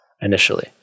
initially